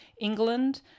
England